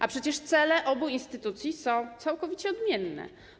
A przecież cele obu instytucji są całkowicie odmienne.